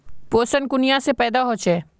पोषण कुनियाँ से पैदा होचे?